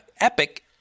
epic